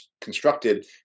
constructed